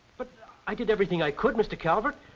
but i did everything i could, mr. calvert.